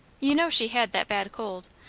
you know she had that bad cold.